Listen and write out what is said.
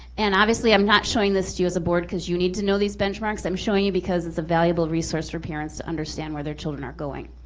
and obviously i'm not showing this to you as a board cause you need to know these benchmarks. i'm showing you because it's a valuable resource for parents to understand where their children are going.